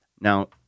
Now